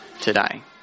today